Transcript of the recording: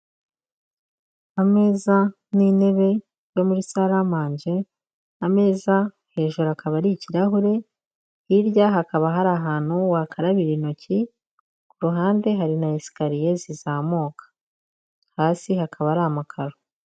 Ameza n'intebe yo muri sale amanje, ameza hejuru akaba ari ikirahure, hirya hakaba hari ahantu wakarabira intoki, ku ruhande hari na esikariye zizamuka, hasi hakaba hari amakaro.